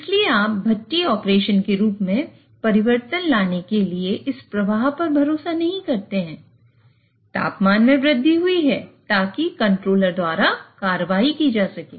इसलिए आप भट्टी ऑपरेशन के रूप में परिवर्तन लाने के लिए इस प्रवाह पर भरोसा नहीं करते हैं तापमान में वृद्धि हुई है ताकि कंट्रोलर द्वारा कार्रवाई की जा सके